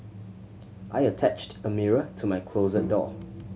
I attached a mirror to my closet door